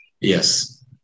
yes